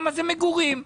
מגורים?